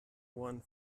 one